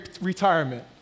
retirement